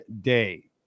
day